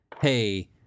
hey